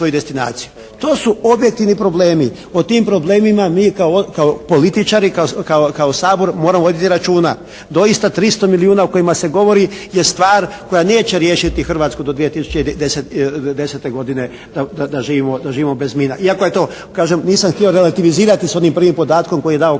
To su objektivni problemi. O tim problemima mi kao političari, kao Sabor moramo voditi računa. Doista, 300 milijuna o kojima se govori je stvar koja neće riješiti Hrvatsku do 2010. godine da živimo bez mina. Iako ja to kažem nisam htio relativizirati s onim prvim podatkom koji je dao Klajn ali